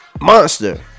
monster